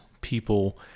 people